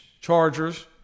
Chargers